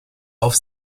auf